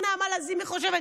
מה נעמה לזימי חושבת,